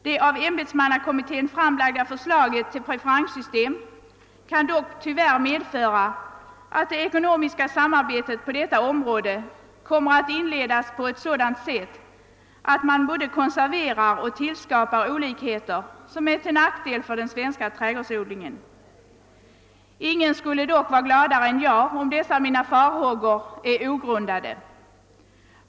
Det av ämbetsmannakommittén framlagda förslaget till preferenssystem kan dock tyvärr medföra att det ekonomiska samarbetet på detta område kommer att inledas på ett sådant sätt, att man både konserverar och tillskapar olikheter som är till nackdel för den svenska trädgårdsodlingen. Ingen skulle vara mer tacksam än jag om dessa mina farhågor vore ogrundade.